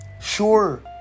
Sure